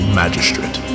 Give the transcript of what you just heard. magistrate